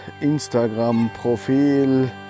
Instagram-Profil